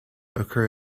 occur